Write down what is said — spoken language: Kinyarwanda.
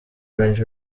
range